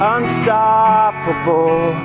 Unstoppable